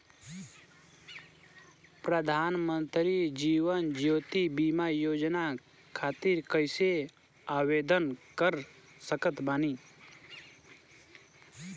प्रधानमंत्री जीवन ज्योति बीमा योजना खातिर कैसे आवेदन कर सकत बानी?